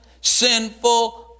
Sinful